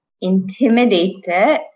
intimidated